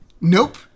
Nope